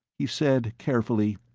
he said carefully,